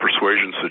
persuasion